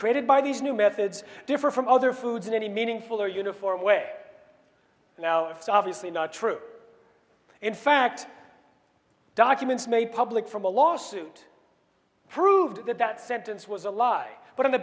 created by these new methods differ from other foods in any meaningful or uniform way now it's obviously not true in fact documents made public from a lawsuit proved that that sentence was a lie but on the